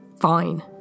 Fine